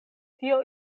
tio